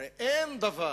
הרי אין דבר